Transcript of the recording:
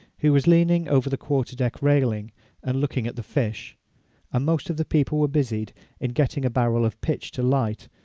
who was leaning over the quarter-deck railing and looking at the fish and most of the people were busied in getting a barrel of pitch to light,